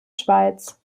schweiz